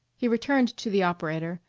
he returned to the operator,